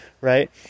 right